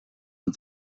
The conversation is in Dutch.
een